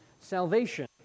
Salvation